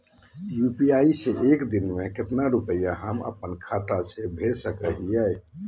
UPI से एक दिन में कितना रुपैया हम अपन खाता से भेज सको हियय?